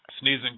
sneezing